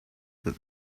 that